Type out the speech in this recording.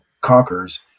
conquers